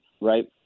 right